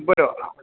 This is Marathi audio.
बरं